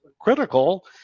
critical